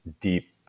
deep